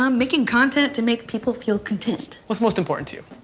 um making content to make people feel content. what's most important to you?